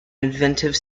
inventive